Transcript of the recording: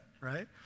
right